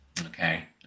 Okay